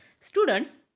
students